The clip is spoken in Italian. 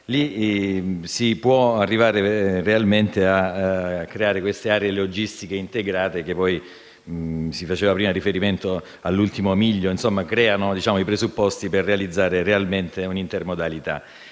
Si può arrivare realmente a creare aree logistiche integrate che poi - si è fatto prima riferimento all'ultimo miglio - creano i presupposti per realizzare un'intermodalità.